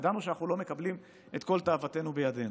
ידענו שאנחנו לא מקבלים את כל תאוותנו בידנו.